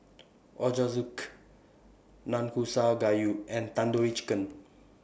Ochazuke Nanakusa Gayu and Tandoori Chicken